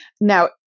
now